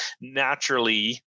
naturally